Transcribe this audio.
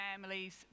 families